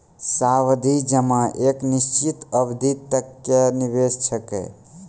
सावधि जमा एक निश्चित अवधि तक के निवेश छिकै